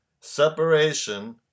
Separation